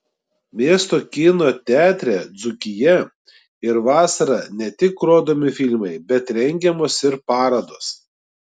miesto kino teatre dzūkija ir vasarą ne tik rodomi filmai bet rengiamos ir parodos